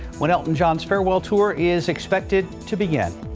when elton john's farewell tour is expected to begin.